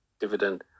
Dividend